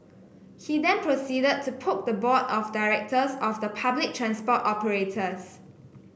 he then proceeded to poke the board of directors of the public transport operators